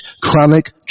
chronic